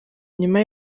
nyuma